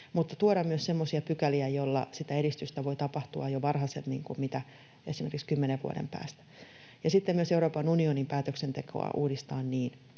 mutta tuoda myös semmoisia pykäliä, joilla sitä edistystä voi tapahtua jo varhaisemmin kuin esimerkiksi 10 vuoden päästä. Sitten tulee myös Euroopan unionin päätöksentekoa uudistaa niin,